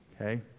okay